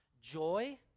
joy